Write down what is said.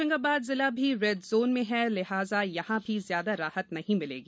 होशंगाबाद जिला भी red zone में है लिहाजा यहां भी ज्यादा राहत नहीं मिलेगी